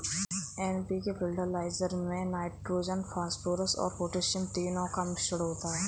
NPK fertiliser में nitrogen, phosphorus और potassium तीनों का मिश्रण होता है